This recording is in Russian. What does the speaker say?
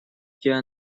тебя